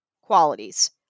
qualities